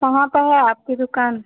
कहाँ पर है आपकी दुकान